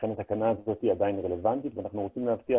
לכן התקנה הזאת עדיין רלוונטית ואנחנו רוצים להבטיח